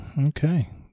Okay